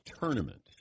tournament